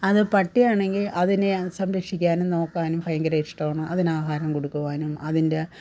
അത് പട്ടിയാണെങ്കിൽ അതിനെ ഞാൻ സംരക്ഷിക്കാനും നോക്കാനും ഭയങ്കര ഇഷ്ടമാണ് അതിന് ആഹാരം കൊടുക്കുവാനും അതിന്റെ